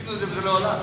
וניסינו את זה וזה לא הלך.